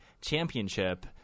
Championship